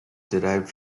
derived